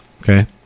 okay